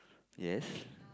yes